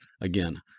again